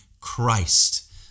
Christ